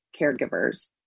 caregivers